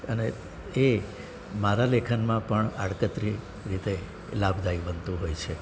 અને એ મારા લેખનમાં પણ આડકતરી રીતે એ લાભદાયક બનતું હોય છે